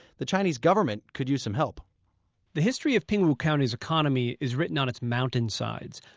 the chinese government could use some help the history of pingwu county's economy is written on its mountainsides.